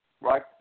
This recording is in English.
right